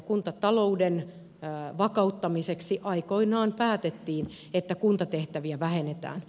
kuntatalouden vakauttamiseksi aikoinaan päätettiin että kuntatehtäviä vähennetään